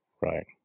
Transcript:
Right